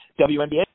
WNBA